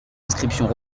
inscriptions